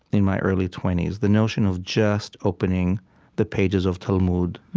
in my early twenty s the notion of just opening the pages of talmud,